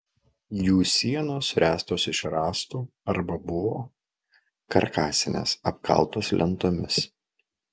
jų sienos ręstos iš rąstų arba buvo karkasinės apkaltos lentomis